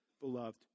beloved